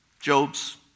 Job's